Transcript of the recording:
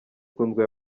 kundwa